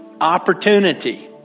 opportunity